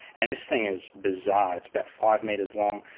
and this thing is bizarre, it's about five metres long,